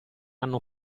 anno